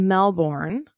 Melbourne